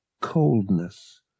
coldness